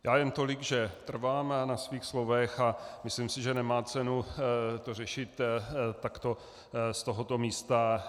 Já jen tolik, že trvám na svých slovech, a myslím si, že nemá cenu to řešit takto z tohoto místa.